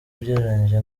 ugereranyije